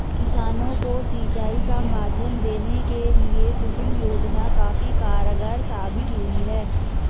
किसानों को सिंचाई का माध्यम देने के लिए कुसुम योजना काफी कारगार साबित हुई है